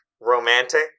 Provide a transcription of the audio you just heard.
romantic